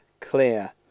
clear